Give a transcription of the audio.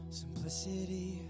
simplicity